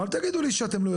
מה זאת אומרת